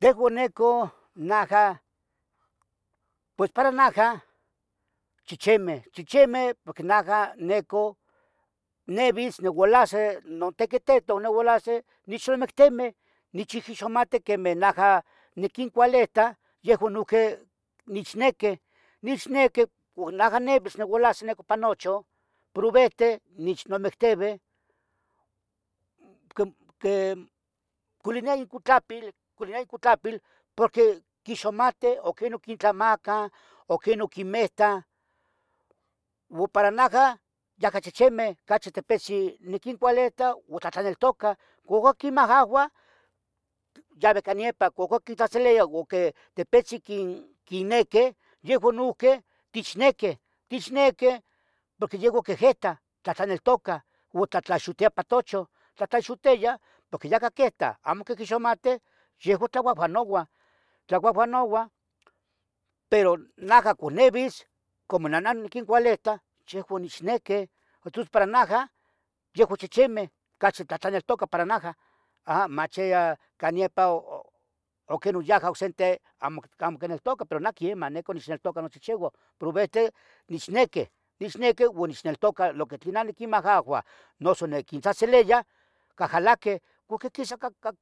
Tehoun neco najah, pos para najah chichimeh, chichimeh. porque najah neco, nevitz neualahsi notequitito,. neualahsi, nichnamectimeh, nichihixomateh quemeh najah. niquincualeta yehoun nohqui nichnequeh, nichnequeh por. najah ne pos niualahsi ne co pa nochon pruvente,. nichnamecteveh, m, quiculiniah icutlapil, culiniah icutlapil. porque, quixomateh, oquinun quintlamaca, oquinun quimehtah. u para najah yaca chichimeh, cachi tepichen niquincualeta. o tlahtlaneltocah cogon quimahahuah yaveh ica niepa cogon. quintzahtziliah u tepetzin quin- quinequeh yehoun nohqui. tichnequeh Tichnequeh, porque yehoun quehitah tlahtlaneltocah. nepa tochon tlatlaxohteya porque yaca quetah. amo quiquixomateh yehoun tlauahuanouah, tlauahuanouah pero najah. cun nevis como nanan niquincualeta yehuan nichnequeh tus para. najah, yehou chcichimeh cachi tlahtlanelcotaca para najah aha, machia can niepa u quen oyahca ocsente, amo, amo quineltoca. pero nah quiemah neh con nichneltoca nochichioun, provehte. nichnequeh, nichnequeh oun nichneltocah lo que tlin niquimahahua. noso nequintzahtziliya, cahjalaqueh, uhqui quisah ca, ca,